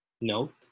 Note